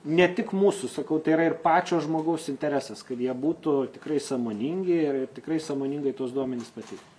ne tik mūsų sakau tai yra ir pačio žmogaus interesas kad jie būtų tikrai sąmoningi ir tikrai sąmoningai tuos duomenis pateiktų